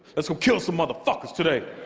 let's go kill some motherfuckers today!